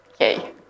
Yay